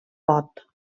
vot